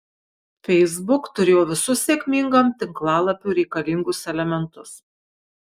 facebook turėjo visus sėkmingam tinklalapiui reikalingus elementus